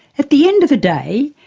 at the end of a day,